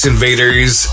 Invaders